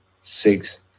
six